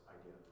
idea